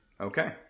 Okay